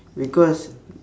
because